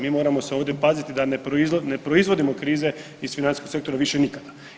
Mi moramo se ovdje paziti da ne proizvodimo krize iz financijskog sektora više nikada.